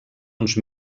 uns